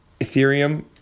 Ethereum